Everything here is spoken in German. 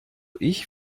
ich